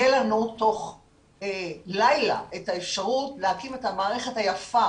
תהיה לנו תוך לילה האפשרות להקים את המערכת היפה